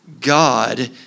God